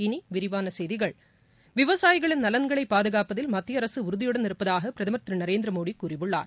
இனிவிரிவானசெய்திகள் விவசாயிகளின் நலன்களைபாதுகாப்பத்தில் மத்தியஅரசுஉறுதியுடன் இருப்பதாகபிரதமர் திருநரேந்திரமோடிகூறியுள்ளார்